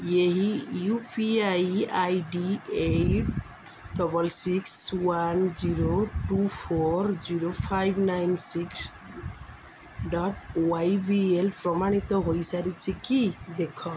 ଏହି U P I I D eight double six one zero two four zero five nine six dot Y B L ପ୍ରମାଣିତ ହୋଇ ସାରିଛି କି ଦେଖ